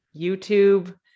YouTube